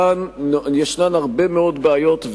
כאן יש הרבה מאוד בעיות,